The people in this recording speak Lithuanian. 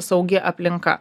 saugi aplinka